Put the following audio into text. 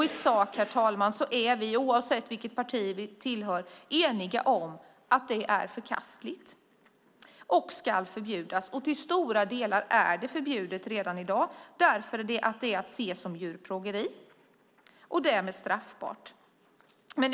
I sak, herr talman, är vi, oavsett vilket parti vi tillhör, eniga om att det är förkastligt och ska förbjudas. Till stora delar är det förbjudet redan i dag därför att det ses som djurplågeri och därmed är straffbart.